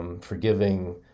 forgiving